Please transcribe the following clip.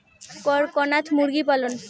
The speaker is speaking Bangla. করকনাথ মুরগি পালন?